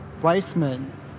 Weissman